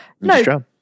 no